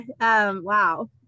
Wow